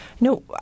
No